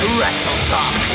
WrestleTalk